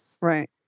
Right